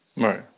Right